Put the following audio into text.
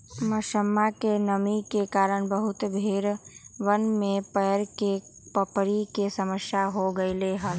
मौसमा में नमी के कारण बहुत भेड़वन में पैर के पपड़ी के समस्या हो गईले हल